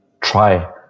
try